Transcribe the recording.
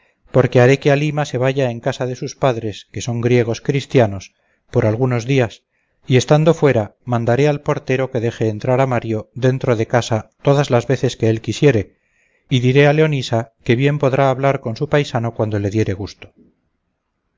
porque haré que halima se vaya en casa de sus padres que son griegos cristianos por algunos días y estando fuera mandaré al portero que deje entrar a mario dentro de casa todas las veces que él quisiere y diré a leonisa que bien podrá hablar con su paisano cuando le diere gusto